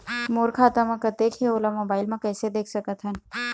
मोर खाता म कतेक हे ओला मोबाइल म कइसे देख सकत हन?